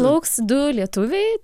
plauks du lietuviai